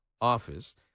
office